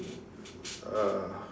uh